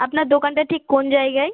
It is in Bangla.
আপনার দোকানটা ঠিক কোন জায়গায়